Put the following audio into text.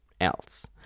else